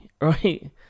right